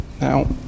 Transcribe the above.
Now